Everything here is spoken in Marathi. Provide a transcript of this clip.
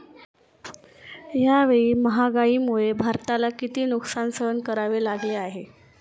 यावेळी महागाईमुळे भारताला किती नुकसान सहन करावे लागले आहे?